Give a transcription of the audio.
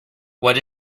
what